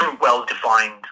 Well-defined